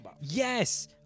Yes